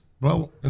bro